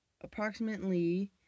approximately